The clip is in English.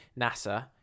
NASA